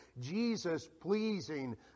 Jesus-pleasing